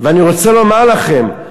ואני רוצה לומר לכם: